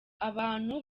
abantu